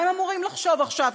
מה הם אמורים לחשוב עכשיו,